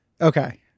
Okay